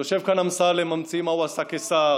יושב כאן אמסלם, ממציא מה הוא עשה כשר.